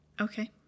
Okay